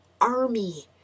army